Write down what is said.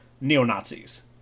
neo-Nazis